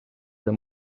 the